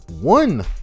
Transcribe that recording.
one